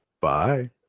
Bye